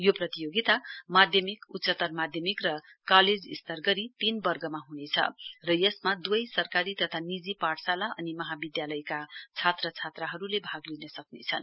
यो प्रतियोगिता माध्यमिक उच्चतर माध्यमिक र कालेज स्तर गरी तीन वर्गमा हुनेछ र यसमा दुवै सरकारी तथा निजी पाठशाला अनि महाविद्यालयका छात्र छात्राहरुले भाग लिन सक्नेछन्